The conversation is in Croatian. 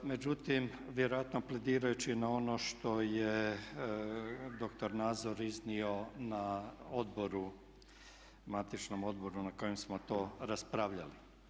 Međutim, vjerojatno a pledirajući na ono što je dr. Nazor iznio na odboru, matičnom odboru na kojem smo to raspravljali.